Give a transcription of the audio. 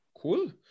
cool